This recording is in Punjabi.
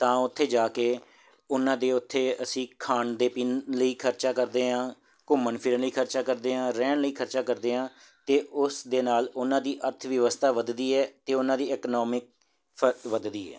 ਤਾਂ ਉੱਥੇ ਜਾ ਕੇ ਉਹਨਾਂ ਦੇ ਉੱਥੇ ਅਸੀਂ ਖਾਣ ਦੇ ਪੀਣ ਲਈ ਖਰਚਾ ਕਰਦੇ ਹਾਂ ਘੁੰਮਣ ਫਿਰਨ ਲਈ ਖਰਚਾ ਕਰਦੇ ਹਾਂ ਰਹਿਣ ਲਈ ਖਰਚਾ ਕਰਦੇ ਹਾਂ ਅਤੇ ਉਸ ਦੇ ਨਾਲ ਉਹਨਾਂ ਦੀ ਅਰਥ ਵਿਵਸਥਾ ਵੱਧਦੀ ਹੈ ਅਤੇ ਉਹਨਾਂ ਦੀ ਇਕਨੋਮਿਕ ਫ ਵੱਧਦੀ ਹੈ